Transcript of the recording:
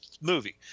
movie